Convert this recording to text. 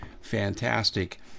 fantastic